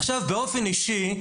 עכשיו באופן אישי,